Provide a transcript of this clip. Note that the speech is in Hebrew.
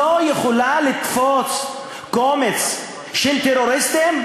לא יכולה לתפוס קומץ של טרוריסטים?